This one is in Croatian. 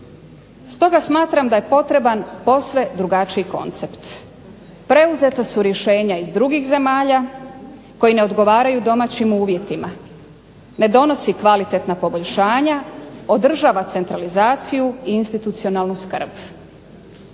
stoga smatram da je potreban posve drugačiji koncept. Preuzeta su rješenja iz drugih zemalja koji ne odgovaraju domaćim uvjetima. Ne donosi kvalitetna poboljšanja, održava centralizaciju i institucionalnu skrb.